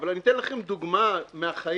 אבל אני אתן לכם דוגמה מהחיים.